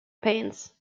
pains